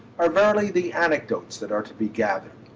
are verily the anecdotes that are to be gathered.